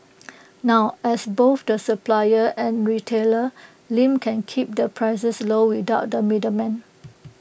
now as both the supplier and retailer Lim can keep the prices low without the middleman